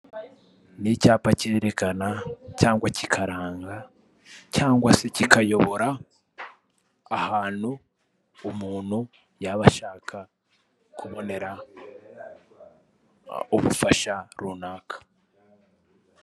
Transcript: Ni icyapa kerekana cyangwa kikaranga cyangwa se kikayobora, ahantu umuntu yaba ashaka kubonera ubufasha runaka.